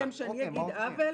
בוא ונסכם שאני אגיד "עוול",